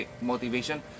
motivation